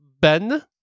Ben